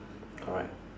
correct